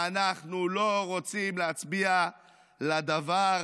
אנחנו לא רוצים להצביע לדבר